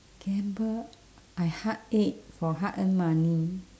gamble I heartache for hard earned money